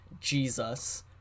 Jesus